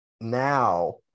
Now